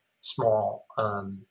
small